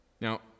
Now